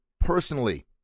personally